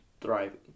thriving